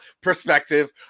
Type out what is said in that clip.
perspective